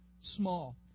small